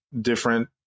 different